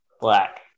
Black